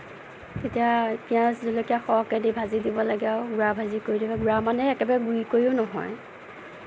তেতিয়া পিয়াজ জলকীয়া সৰহকে দি ভাজি দিব লাগে আৰু গুড়া ভাজি মানে একেবাৰে গুড়ি কৰিও নহয়